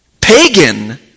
pagan